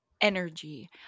energy